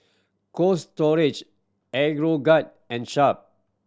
Cold Storage Aeroguard and Sharp